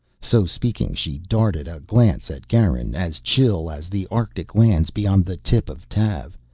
so speaking, she darted a glance at garin as chill as the arctic lands beyond the lip of tav,